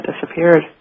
disappeared